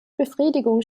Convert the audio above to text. befriedigung